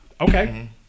Okay